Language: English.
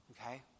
Okay